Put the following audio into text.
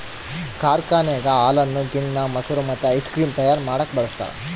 ಕಾರ್ಖಾನೆಗ ಹಾಲನ್ನು ಗಿಣ್ಣ, ಮೊಸರು ಮತ್ತೆ ಐಸ್ ಕ್ರೀಮ್ ತಯಾರ ಮಾಡಕ ಬಳಸ್ತಾರ